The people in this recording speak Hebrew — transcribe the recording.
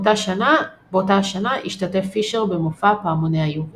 באותה השנה השתתף פישר במופע "פעמוני היובל".